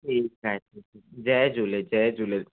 ठीकु आहे जय झूले झूले